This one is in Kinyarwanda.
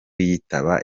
yitaba